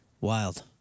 wild